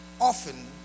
often